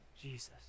Jesus